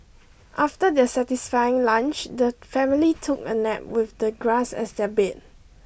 after their satisfying lunch the family took a nap with the grass as their bed